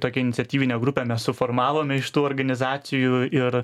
tokią iniciatyvinę grupę mes suformavome iš tų organizacijų ir